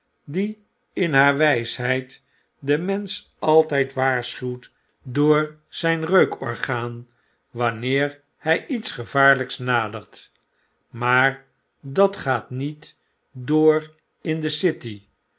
die in haar wjjsheid den mensch altp waarschuwt door zyn reukorgaan wanneer hjj iets gevaarlyks nadert maar dat gaat niet door in de city